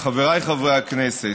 חבריי חברי הכנסת,